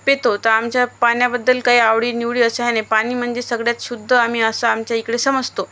पितो तर आमच्या पाण्याबद्दल काही आवडी निवडी अशा हे नाही पाणी म्हणजे सगळ्यात शुद्ध आम्ही असं आमच्या इकडे समजतो